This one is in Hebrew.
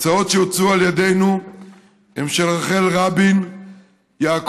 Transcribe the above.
ההצעות שהוצעו על ידינו הן של רחל רבין יעקב,